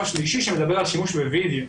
לשלב השלישי שמדבר על שימוש בווידאו.